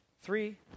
three